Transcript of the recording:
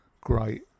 great